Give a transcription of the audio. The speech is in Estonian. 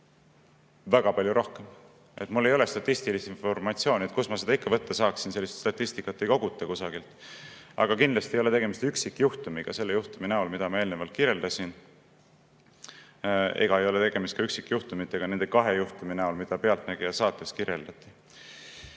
väga palju rohkem. Mul ei ole statistilist informatsiooni, sest kust ma seda ikka võtta saaksin, sellist statistikat ei koguta kusagil. Aga kindlasti ei ole tegemist üksikjuhtumiga selle juhtumi näol, mida ma eelnevalt kirjeldasin, ega ei ole tegemist üksikjuhtumitega nende kahe juhtumi näol, mida "Pealtnägija" saates kirjeldati.